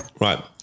right